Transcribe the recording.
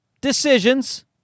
decisions